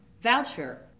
voucher